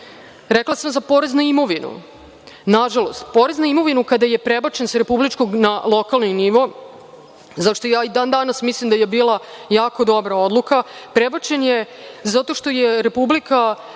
Rekla sam – porez na imovinu. Nažalost, porez na imovinu kada je prebačen sa republičkog na lokalni nivo, za šta i dan danas mislim da je bila jako dobra odluka, prebačen je zato što je Republika